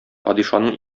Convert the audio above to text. падишаның